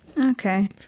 okay